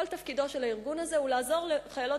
כל תפקידו של הארגון הזה הוא לעזור לחיילות